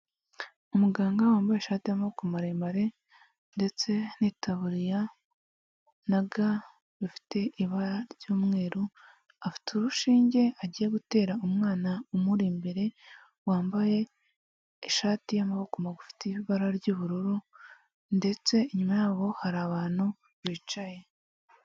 Umuganga wambaye ishati y'amaboko maremare ndetse n'itaburiya na ga ifite ibara ry'umweru, afite urushinge agiye gutera umwana umuri imbere wambaye ishati y'amaboko magufi ifite ibara ry'ubururu ndetse inyuma yaho hari abantu bicaye.